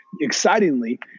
excitingly